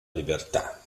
libertà